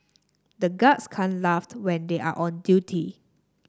the guards can't laugh when they are on duty